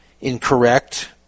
incorrect